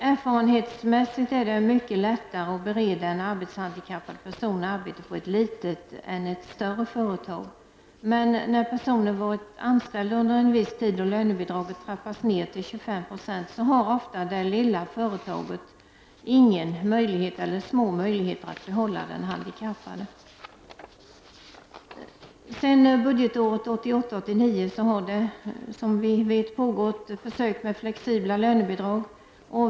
Erfarenhetsmässigt är det mycket lättare att bereda en arbetshandikappad person arbete på ett litet än på ett större företag. Men när personen varit anställd under en viss period och lönebidraget trappas ned till 25 96, har ofta det lilla företaget ingen möjlighet — eller små möjligheter — att behålla den handikappade. Sedan budgetåret 1988/89 har det som bekant pågått försök med flexibla lönebidrag.